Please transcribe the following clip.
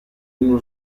uno